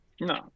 No